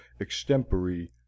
extempore